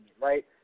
right